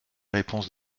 réponses